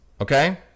okay